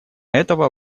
этого